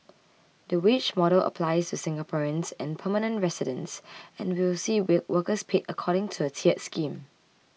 the wage model applies to Singaporeans and permanent residents and will see we workers paid according to a tiered scheme